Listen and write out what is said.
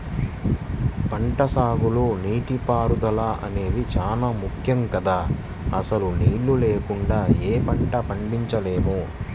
పంటసాగులో నీటిపారుదల అనేది చానా ముక్కెం గదా, అసలు నీళ్ళు లేకుండా యే పంటా పండించలేము